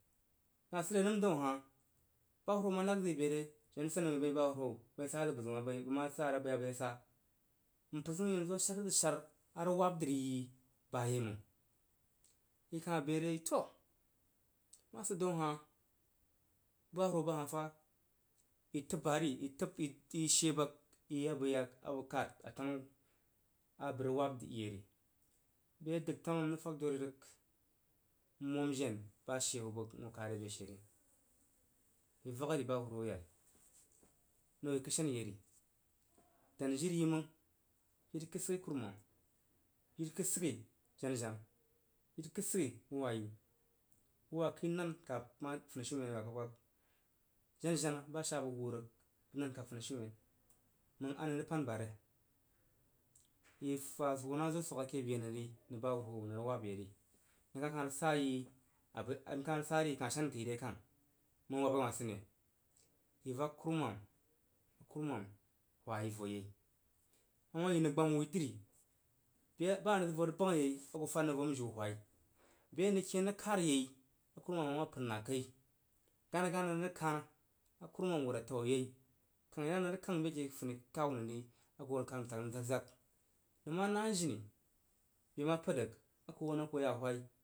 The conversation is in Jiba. Asəd nəm day hah ba hirhwoo ma məg zəi bere jina nsaniwui bahuruwo bəin sazəng bəzəu məng bə ma sa zəga bə yak adə ye sai mpər zəun yanzu a shad zəg shara rəg wab dri gi bajeiməng i kan bere i toah ma sid daun ahah baharhwo bahah fa i təb ba ri itəbi ishe bəg i bəg yak a tanu abəg rəg wab dri yei bəg ye dəg fanu m fag dori rəg n moməen ba she hoo bəgn kad re beshe ri. I yag vak ori bahurhwo ya nəng woi kəsheniyeri. Dan jiri yiməng jiri kəlfigh kwumam, jiri kədsiga jena jena jiri kəsiga bəg wahyi. Bəg waa kəi nan kab ma funishinmeaba kpag, jena jena ba a sha bəg huu rəg bog nan kab shiumen hiəg anəi rəg pan bari? Ifa hoo na zo swash ke be nang bahuruhwo nəng rəg wab ye ri nəg kah lan rəg sa yi aba inkah kan rəg sayi nrəs shan kəi re kah məng wabi wah sid ne? Iyak kuruwam akurumam hwa nəng vo yei ba a nən zəg yo rəg bang ye a wah fad nəng von jiu ahwai be a nəng ken rəg kad yei a kirumam a wah pənna kai gani gani anəng rəg kan a kwunam wud a toa yei kangi nəng a nəng rəg kang m bəike funikan nəng ri a ku hoo nəng kang tag nəm zag zag. Nəng manah jinibe ma pəd rəg aku hoo nəng hoo ya auhai.